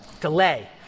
Delay